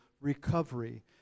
recovery